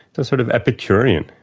the sort of epicurean,